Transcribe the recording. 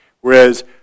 Whereas